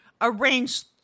arranged